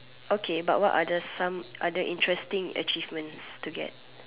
okay but others some other interesting achievements to get